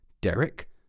Derek